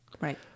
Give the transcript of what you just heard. Right